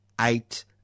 eight